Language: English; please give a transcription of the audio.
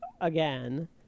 again